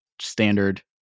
standard